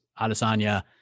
Adesanya